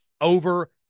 over